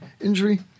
injury